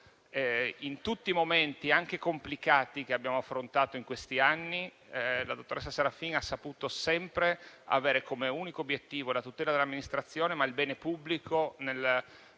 In tutti i momenti anche complicati che abbiamo affrontato in questi anni, la dottoressa Serafin ha saputo sempre avere come unico obiettivo la tutela dell'Amministrazione e il bene pubblico nel